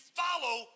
follow